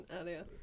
earlier